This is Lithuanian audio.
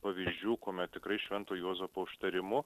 pavyzdžių kuomet tikrai švento juozapo užtarimu